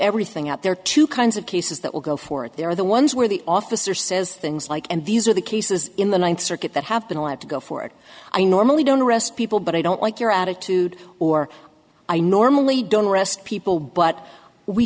everything up there are two kinds of cases that will go for it there are the ones where the officer says things like and these are the cases in the ninth circuit that have been allowed to go for it i normally don't arrest people but i don't like your attitude or i normally don't arrest people but we